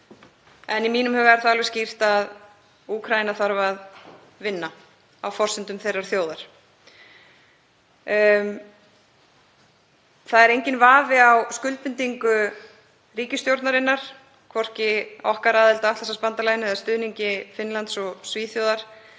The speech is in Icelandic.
En í mínum huga er það alveg skýrt að Úkraína þarf að vinna á forsendum Úkraínu. Það er enginn vafi um skuldbindingu ríkisstjórnarinnar, hvorki okkar aðild að Atlantshafsbandalaginu né stuðning Finnlands og Svíþjóðar